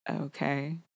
okay